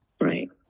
right